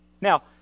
now